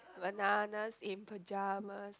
Bananas in Pyjamas